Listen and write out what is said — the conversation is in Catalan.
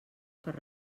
per